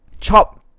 Chop